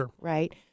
right